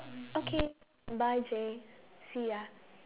okay bye J see ya